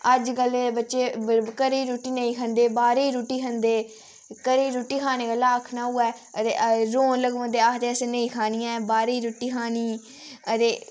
अज्जकले दे बच्चे घरै दी रुट्टी नेईं खंदे बाह्रै दी रुट्टी खंदे घरै दी रुट्टी खाने गल्ला आखना होऐ ते रोन लगी पौंदे आखदे असें नेईं खानी ऐ बाह्रै दी रुट्टी खानी अदे